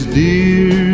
dear